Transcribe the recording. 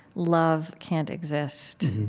love can't exist.